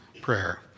prayer